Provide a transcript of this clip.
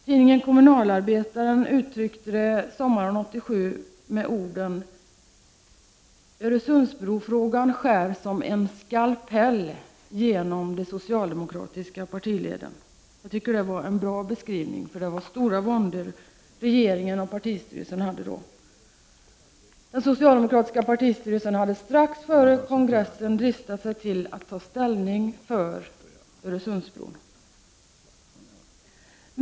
Tidningen Kommunalarbetaren uttryckte det sommaren 1987 med orden: Öresundsbrofrågan skär som en skalpell genom de socialdemokratiska partileden. Jag tycker det var en bra beskrivning, för det var stora våndor regeringen och partistyrelsen hade då. Den socialdemokratiska partistyrelsen hade strax före kongressen dristat ta ställning för Öresundsbron.